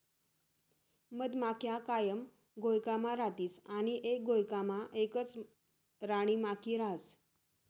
मधमाख्या कायम घोयकामा रातीस आणि एक घोयकामा एकच राणीमाखी रहास